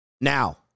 now